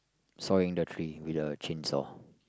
sawing the tree with a chainsaw